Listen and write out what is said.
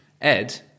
Ed